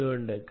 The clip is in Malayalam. എന്തുകൊണ്ട്